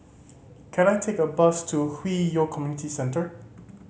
can I take a bus to Hwi Yoh Community Centre